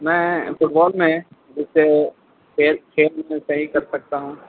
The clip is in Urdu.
میں فٹ بال میں جسے کھیل کھیل میں صحیح کر سکتا ہوں